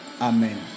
Amen